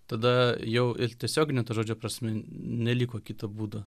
tada jau ir tiesiogine to žodžio prasme neliko kito būdo